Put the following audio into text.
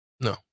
no